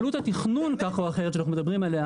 עלות התכנון שאנחנו מדברים עליה